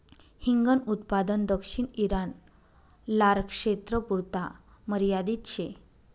हिंगन उत्पादन दक्षिण ईरान, लारक्षेत्रपुरता मर्यादित शे